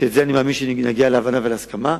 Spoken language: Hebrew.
ואני מאמין שבזה נגיע להבנה ולהסכמה.